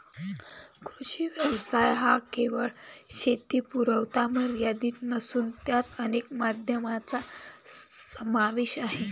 कृषी व्यवसाय हा केवळ शेतीपुरता मर्यादित नसून त्यात अनेक माध्यमांचा समावेश आहे